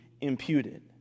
imputed